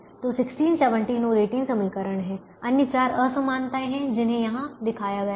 तो 16 17 और 18 समीकरण हैं अन्य चार असमानताएं हैं जिन्हें यहां दिखाया गया है